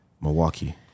Milwaukee